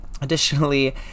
additionally